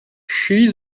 she